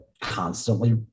constantly